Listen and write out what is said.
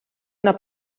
una